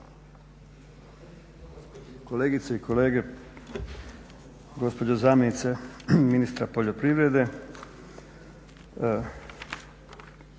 Kolegice i kolege, gospođo zamjenice ministra poljoprivrede.